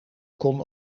kon